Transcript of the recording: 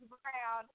Brown